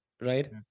right